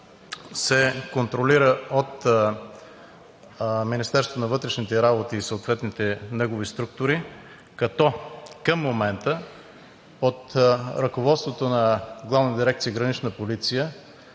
се контролира от Министерството на вътрешните работи и съответните негови структури, като от ръководството на Главна дирекция „Гранична полиция“